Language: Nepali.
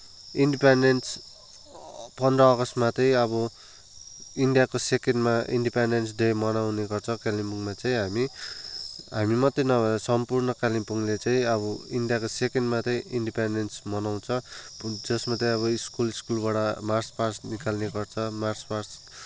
इन्डिपेनडेन्स पन्ध्र अगस्तमा चाहिँ अब इन्डियाको सेकेन्डमा इन्डिपेनडेन्स डे मनाउने गर्छौँ कालिम्पोङमा चाहिँ हामी हामी मात्रै नभएर सम्पूर्ण कालिम्पोङले चाहिँ अब इन्डियाको सेकेन्डमा चाहिँ इन्डिपेन्डेन्स मनाउँछ जसमा चाहिँ स्कुल स्कुलबाट मार्च पास निकाल्ने गर्छ मार्च पास